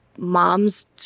Moms